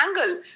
angle